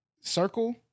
circle